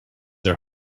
are